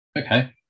Okay